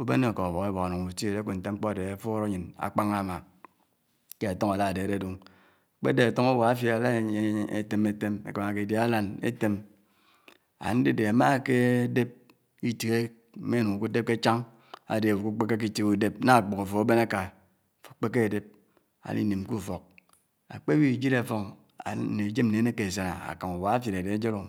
ubènnè uká ufók ibòk ánuk ábutiè dè ákud ntè mkpò ádè áfuud àyén ákpángá ámá kè átòng ádá dé ádèdè o. Kpèdè átòng uwáfid álá ènyènè nyè ètèmè tèm ékámákè idià álán ètèm ándèdè ámá kè dèp itighe mè nu budèp kè chánwu ádè ábu kpèkè k'itighe udèp nà ákpògò àfò bèn áká kpèkè ádèp ádi min kè ufòk ákpèbi jèd áffòng nè ájèm nè ánèkè ásáná ákámá uwáfid ádè ájèd o